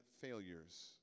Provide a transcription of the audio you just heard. failures